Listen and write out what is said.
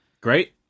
great